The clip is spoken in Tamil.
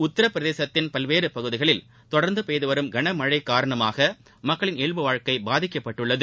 உத்தரப்பிரதேசத்தின் பல்வேறு பகுதிகளில் தொடர்ந்து பெய்வரும் கனமழை காரணமாக மக்களின் இயல்பு வாழ்க்கை பாதிக்கப்பட்டுள்ளது